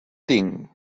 tinc